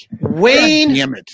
Wayne